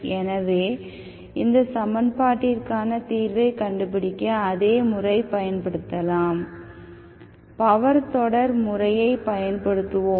எனவே இந்த சமன்பாட்டிற்கான தீர்வைக் கண்டுபிடிக்க அதே முறை பயன்படுத்தலாம் பவர் தொடர் முறையைப் பயன்படுத்துவோம்